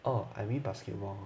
oh I mean basketball